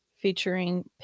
featuring